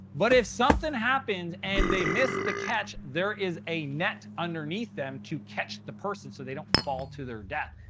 but if something happens and they miss the catch, there is a net underneath them to catch the person so they don't fall to their death.